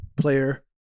player